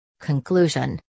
Conclusion